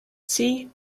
see